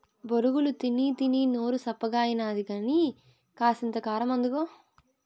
బొరుగులు తినీతినీ నోరు సప్పగాయినది కానీ, కాసింత కారమందుకో